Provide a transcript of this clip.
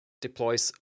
deploys